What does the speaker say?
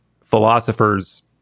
philosophers